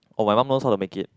oh my mum knows how to make it